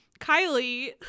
Kylie